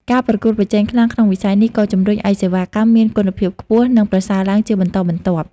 ការប្រកួតប្រជែងខ្លាំងក្នុងវិស័យនេះក៏ជម្រុញឲ្យសេវាកម្មមានគុណភាពខ្ពស់ និងប្រសើរឡើងជាបន្តបន្ទាប់។